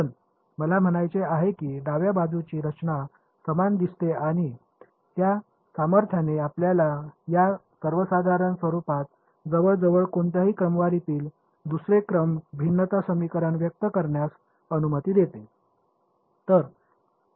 पण मला म्हणायचे आहे की डाव्या बाजूची रचना समान दिसते आणि त्या सामर्थ्याने आपल्याला या सर्वसाधारण स्वरूपात जवळजवळ कोणत्याही क्रमवारीतील दुसरे क्रम भिन्नता समीकरण व्यक्त करण्यास अनुमती देते